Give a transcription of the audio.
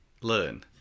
learn